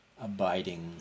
abiding